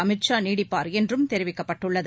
அமித் ஷா நீடிப்பார் என்றும் தெரிவிக்கப்பட்டுள்ளது